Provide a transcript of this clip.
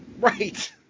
right